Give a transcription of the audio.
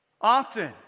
Often